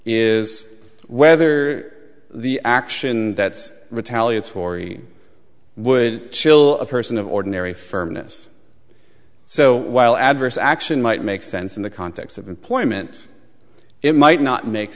is whether the action that's retaliatory would chill a person of ordinary firmness so while adverse action might make sense in the context of employment it might not make